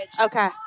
Okay